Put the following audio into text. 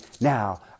now